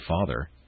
Father